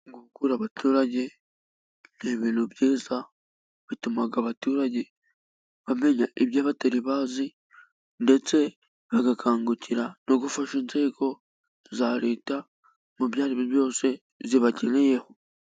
Guhugura abaturage ni ibintu byiza, bituma abaturage bamenya ibyo batari bazi, ndetse bagakangukira no gufasha inzego za leta mu byo ari byo byose zibakeneyeho.